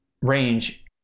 range